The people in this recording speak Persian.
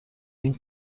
این